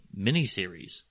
miniseries